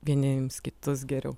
vieniems kitus geriau